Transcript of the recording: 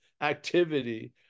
activity